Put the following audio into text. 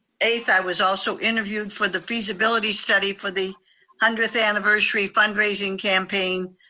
eighth i was also interviewed for the feasibility study for the hundredth anniversary fundraising campaign